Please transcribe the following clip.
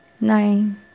nine